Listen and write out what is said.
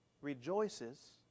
rejoices